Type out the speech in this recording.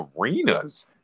arenas